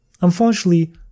unfortunately